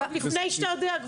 עוד לפני שאתה יודע,